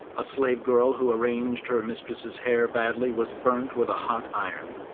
a slave-girl who arranged her mistress's hair badly was burnt with a hot iron.